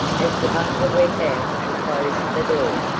as the butler went out and closed the door.